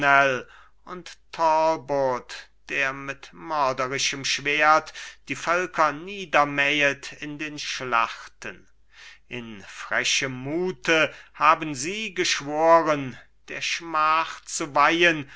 und talbot der mit mörderischem schwert die völker niedermähet in den schlachten in frechem mute haben sie geschworen der schmach zu weihen